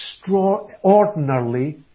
extraordinarily